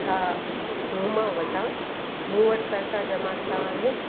छा हूमा वटां मूं वटि पैसा जमा थिया आहिनि